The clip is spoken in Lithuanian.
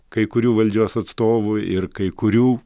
kai kurių valdžios atstovų ir kai kurių